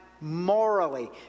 morally